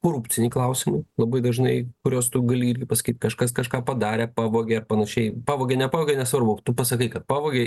korupciniai klausimai labai dažnai kuriuos tu gali pasakyti kažkas kažką padarė pavogė ar panašiai pavogė nepavogė nevarbu tu pasakai kad pavogė